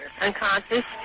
Unconscious